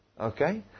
Okay